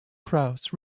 kraus